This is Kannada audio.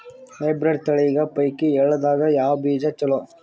ಹೈಬ್ರಿಡ್ ತಳಿಗಳ ಪೈಕಿ ಎಳ್ಳ ದಾಗ ಯಾವ ಬೀಜ ಚಲೋ?